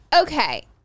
Okay